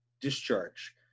discharge